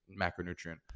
macronutrient